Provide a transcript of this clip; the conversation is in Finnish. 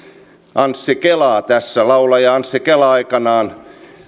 anssi kelaa tässä laulaja anssi kela aikanaan